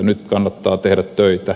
nyt kannattaa tehdä töitä